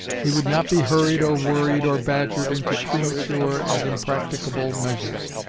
he would not be hurried or worried or badgered into premature and impracticable measures.